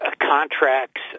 contracts